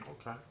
Okay